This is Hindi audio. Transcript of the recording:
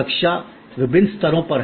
सुरक्षा विभिन्न स्तरों पर है